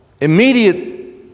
immediate